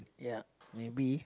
ya maybe